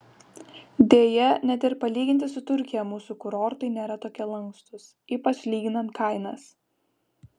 deja net ir palyginti su turkija mūsų kurortai nėra tokie lankstūs ypač lyginant kainas